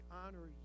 honor